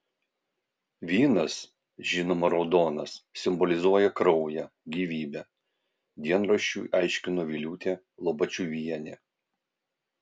vynas žinoma raudonas simbolizuoja kraują gyvybę dienraščiui aiškino viliūtė lobačiuvienė